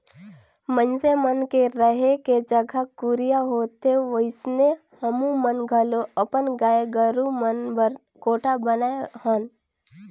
मइनसे मन के रहें के जघा कुरिया होथे ओइसने हमुमन घलो अपन गाय गोरु मन बर कोठा बनाये हन